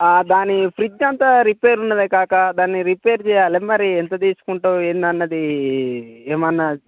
దాని ఫ్రిడ్జ్ అంతా రిపేరున్నది కాకా దాన్ని రిపేరు చెయ్యాలె మరి ఎంత తీసుకుంటావు ఏంటి అన్నది ఏమన్నా